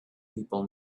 people